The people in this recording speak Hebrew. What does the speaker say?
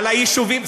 על היישובים,